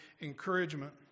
encouragement